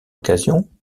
occasion